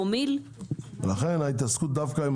לכן ההתעסקות דווקא עם